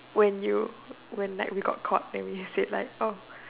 when you when like we got caught then we say like oh